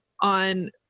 on